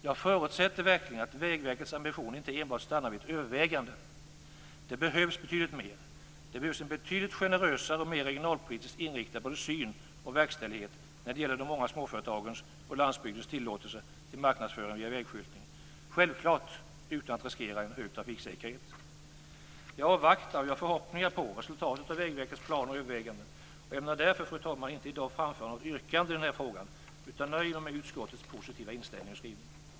Jag förutsätter verkligen att Vägverkets ambition inte stannar vid ett övervägande. Det behövs betydligt mer. Det behövs en betydligt generösare och mer regionalpolitiskt inriktad både syn och verkställighet när det gäller de många småföretagens och landsbygdens tillåtelse till marknadsföring via vägskyltning - självfallet utan att riskera en hög trafiksäkerhet. Jag avvaktar, och jag har förhoppningar på, resultatet av Vägverkets planer och överväganden och ämnar därför, fru talman, inte i dag framföra något yrkande i den här frågan utan nöjer mig med utskottets positiva inställning och skrivning.